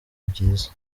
byiza